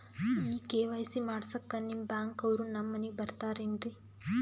ಈ ಕೆ.ವೈ.ಸಿ ಮಾಡಸಕ್ಕ ನಿಮ ಬ್ಯಾಂಕ ಅವ್ರು ನಮ್ ಮನಿಗ ಬರತಾರೆನ್ರಿ?